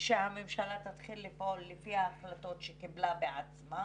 שהממשלה תתחיל לפעול לפי ההחלטות שקיבלה בעצמה,